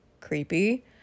creepy